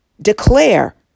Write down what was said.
declare